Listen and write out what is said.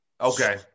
Okay